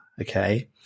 Okay